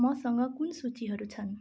मसँग कुन सूचीहरू छन्